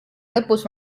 lõpus